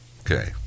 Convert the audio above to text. okay